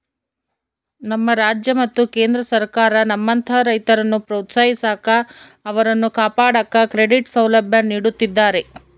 ನಮ್ಮ ರಾಜ್ಯ ಮತ್ತು ಕೇಂದ್ರ ಸರ್ಕಾರ ನಮ್ಮಂತಹ ರೈತರನ್ನು ಪ್ರೋತ್ಸಾಹಿಸಾಕ ಅವರನ್ನು ಕಾಪಾಡಾಕ ಕ್ರೆಡಿಟ್ ಸೌಲಭ್ಯ ನೀಡುತ್ತಿದ್ದಾರೆ